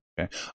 okay